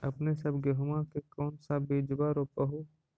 अपने सब गेहुमा के कौन सा बिजबा रोप हू?